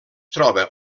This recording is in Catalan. troba